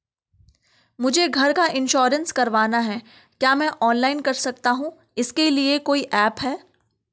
मुझे घर का इन्श्योरेंस करवाना है क्या मैं ऑनलाइन कर सकता हूँ इसके लिए कोई ऐप है?